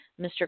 Mr